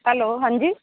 hello ਹਾਂਜੀ